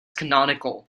canonical